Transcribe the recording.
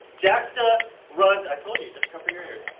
jaksta runs. i told you you just cover your ears.